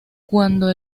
cuando